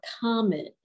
common